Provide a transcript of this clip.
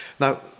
Now